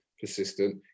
persistent